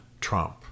Trump